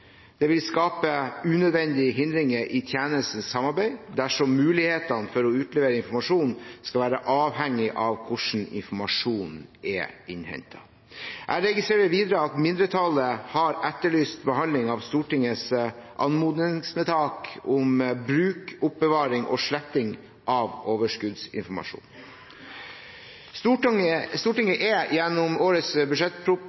Det ville skape unødvendige hindringer i tjenestenes samarbeid dersom mulighetene for å utlevere informasjon skulle være avhengig av hvordan informasjonen er innhentet. Jeg registrerer videre at mindretallet har etterlyst behandling av Stortingets anmodningsvedtak om bruk, oppbevaring og sletting av overskuddsinformasjon. Stortinget